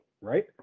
Right